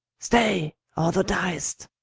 stay, or thou dyest.